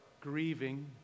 grieving